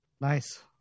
Nice